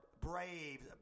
Braves